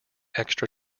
extra